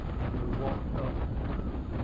and we walked up the pier.